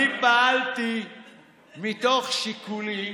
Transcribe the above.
אני פעלתי מתוך שיקולים,